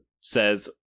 says